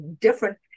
different